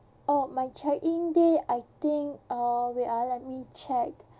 oh my check in date I think uh wait ah let me check